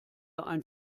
ein